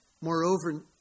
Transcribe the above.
Moreover